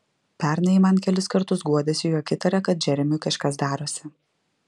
pernai ji man kelis kartus guodėsi jog įtaria kad džeremiui kažkas darosi